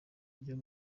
ryo